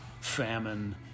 famine